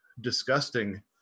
disgusting